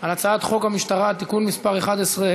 על הצעת חוק המשטרה (תיקון מס' 11),